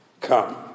come